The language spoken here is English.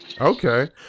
okay